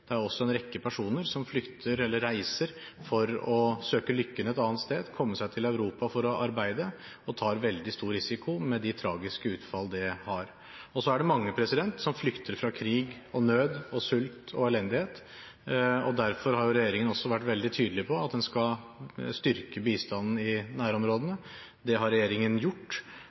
det er også en rekke personer som reiser for å søke lykken et annet sted, komme seg til Europa for å arbeide, og de tar en veldig stor risiko, med det tragiske utfallet det har. Så er det mange som flykter fra krig, nød, sult og elendighet, og derfor har regjeringen vært veldig tydelig på at en skal styrke bistanden i nærområdene.